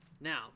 Now